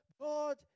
god